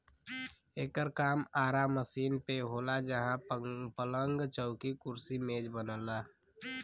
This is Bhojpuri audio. एकर काम आरा मशीन पे होला जहां पलंग, चौकी, कुर्सी मेज बनला